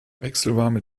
wechselwarme